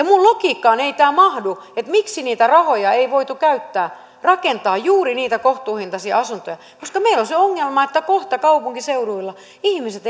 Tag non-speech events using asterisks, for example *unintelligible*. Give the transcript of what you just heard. *unintelligible* minun logiikkaani ei tämä mahdu miksi niitä rahoja ei voitu käyttää rakentaa juuri niitä kohtuuhintaisia asuntoja koska meillä on se ongelma että kohta kaupunkiseuduilla ihmiset